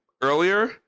earlier